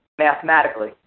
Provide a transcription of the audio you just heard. mathematically